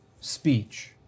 speech